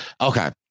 Okay